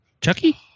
Chucky